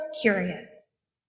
curious